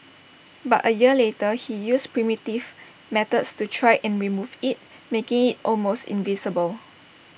but A year later he used primitive methods to try and remove IT making IT almost invisible